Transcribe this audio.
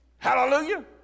Hallelujah